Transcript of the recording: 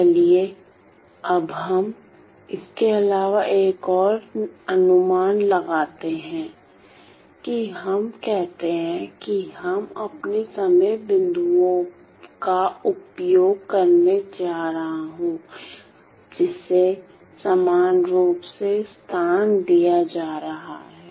चलिए अब हम इसके अलावा एक और अनुमान लगाते हैं कि हम कहते हैं कि मैं अपने समय बिंदुओं का उपयोग करने जा रहा हूँ जिसे समान रूप से स्थान दिया जा रहा है